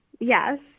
Yes